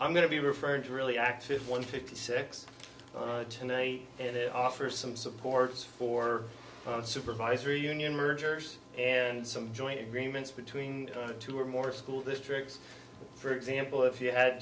i'm going to be referring to really active one fifty six today and it offers some supports for supervisory union mergers and some joint agreements between the two or more school districts for example if you had